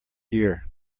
year